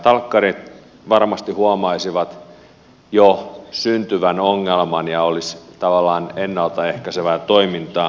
talkkarit varmasti huomaisivat jo syntyvän ongelman ja se olisi tavallaan ennalta ehkäisevää toimintaa